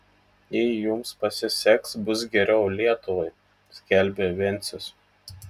jei jums pasiseks bus geriau lietuvai skelbė vencius